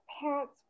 parents